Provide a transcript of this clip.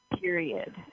Period